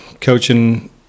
coaching